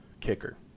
kicker